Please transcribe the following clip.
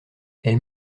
elle